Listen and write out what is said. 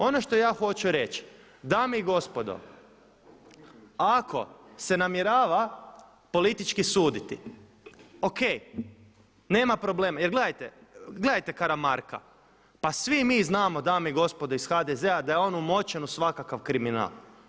Ono što ja hoću reći dame i gospodo ako se namjerava politički suditi ok, nema problema jer gledajte, gledajte Karamarka, pa svi mi znamo dame i gospodo iz HDZ-a da je on umočen u svakakav kriminal.